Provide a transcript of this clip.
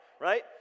right